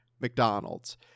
McDonald's